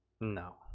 No